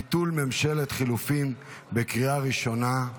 (ביטול ממשלת חילופים), בקריאה הראשונה.